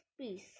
piece